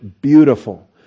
beautiful